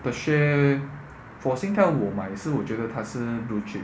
per share for Singtel 我买是我觉得它是 too cheap